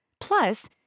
Plus